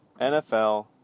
NFL